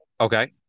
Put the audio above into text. Okay